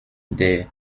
der